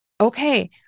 okay